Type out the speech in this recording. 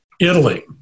Italy